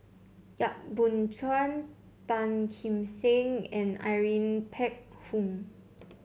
Yap Boon Chuan Tan Kim Seng and Irene Phek Hoong